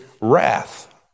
wrath